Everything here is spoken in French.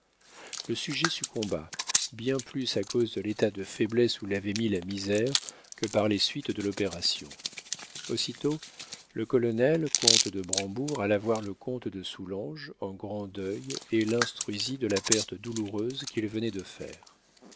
le sujet succomba bien plus à cause de l'état de faiblesse où l'avait mis la misère que par les suites de l'opération aussitôt le colonel comte de brambourg alla voir le comte de soulanges en grand deuil et l'instruisit de la perte douloureuse qu'il venait de faire